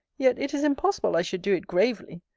yet it is impossible i should do it gravely.